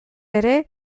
ere